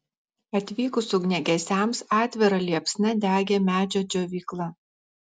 atvykus ugniagesiams atvira liepsna degė medžio džiovykla